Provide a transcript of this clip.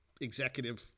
executive